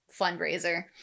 fundraiser